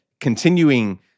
continuing